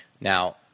Now